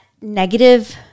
negative